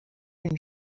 une